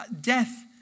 death